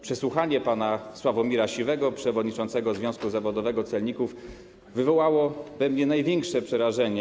Przesłuchanie pana Sławomira Siwego, przewodniczącego związku zawodowego celników, wywołało pewnie największe przerażenie.